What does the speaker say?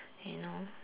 you know